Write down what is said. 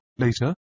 Later